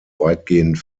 weitgehend